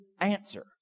answer